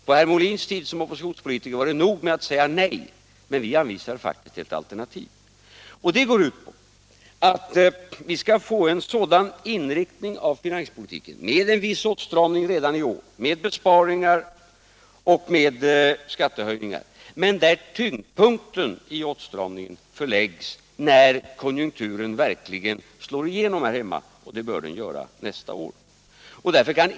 På herr Molins tid som oppositionspolitiker var det nog med att säga nej, men vi anvisar faktiskt ett alternativ. Det alternativet går ut på att vi — med en viss åtstramning redan i år, med besparingar och med skattehöjningar — skall få en sådan inriktning av finanspolitiken att tyngdpunkten i åtstramningen förläggs till den tidpunkt då konjunkturen verkligen slår igenom här hemma, och det bör den göra nästa år.